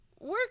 work